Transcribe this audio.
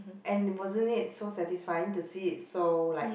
and wasn't it so satisfying to see it so like